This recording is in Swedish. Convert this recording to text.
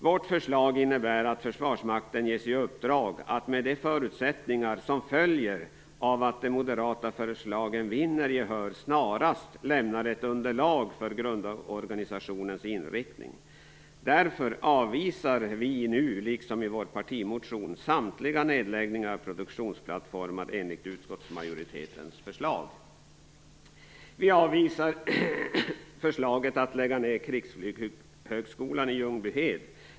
Vårt förslag innebär att Försvarsmakten ges i uppdrag att med de förutsättningar som följer av att de moderata förslagen vinner gehör snarast lämna ett underlag för grundorganisationens inriktning. Därför avvisar vi nu, liksom i vår partimotion, samtliga nedläggningar av produktionsplattformar enligt utskottsmajoritetens förslag. Vi avvisar förslaget att lägga ned krigsflygskolan i Ljungbyhed.